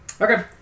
Okay